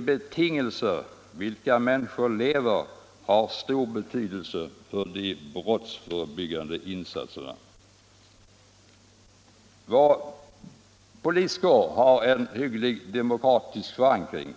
De betingelser under vilka människor lever har stor betydelse för de brottsförebyggande insatserna. Vår poliskår har en hygglig demokratisk förankring,